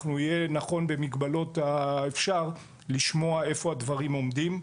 יהיה נכון במגבלות האפשר לשמוע איפה הדברים עומדים.